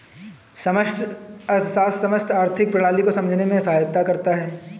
समष्टि अर्थशास्त्र समस्त आर्थिक प्रणाली को समझने में सहायता करता है